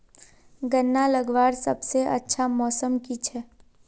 गन्ना लगवार सबसे अच्छा मौसम की छे?